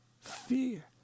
fear